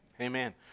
Amen